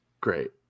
great